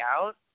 out